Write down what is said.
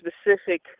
specific